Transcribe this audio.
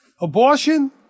Abortion